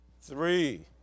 three